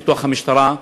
במשטרה,